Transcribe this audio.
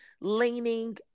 leaning